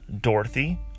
Dorothy